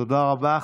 תודה רבה.